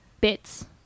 bits